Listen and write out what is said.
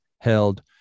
held